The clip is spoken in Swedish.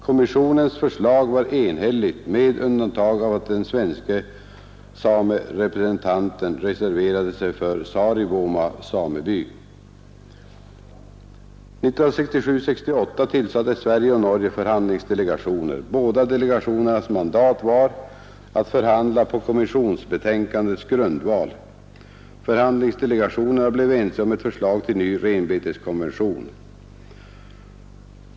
Kommissionens förslag var enhälligt med undantag av att den svenska samerepresentanten reserverade sig för Saarivuoma sameby. 1967—1968 tillsatte Sverige och Norge förhandlingsdelegationer. Båda delegationernas mandat var att förhandla på kommissionsbetänkandets grundval. Förhandlingsdelegationerna blev ense om ett förslag till ny renbeteskonvention.